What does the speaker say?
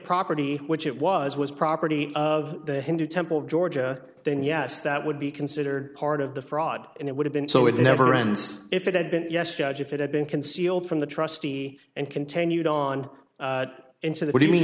property which it was was property of the hindu temple of georgia then yes that would be considered part of the fraud and it would have been so it never ends if it had been yes judge if it had been concealed from the trustee and continued on into th